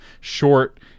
short